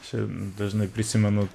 čia dažnai prisimenu